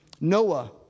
Noah